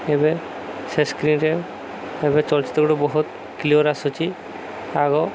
ଏବେ ସେ ସ୍କ୍ରିନ୍ରେ ଏବେ ଚଳଚିତ୍ର ଗୁଡ଼େ ବହୁତ କ୍ଲିଅର୍ ଆସୁଛି ଆଗ